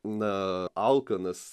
na alkanas